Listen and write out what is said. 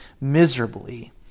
miserably